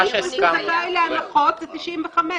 אם זה מישהו שזכאי להנחות זה 95 שקלים.